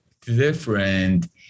different